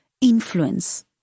influence